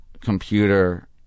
computer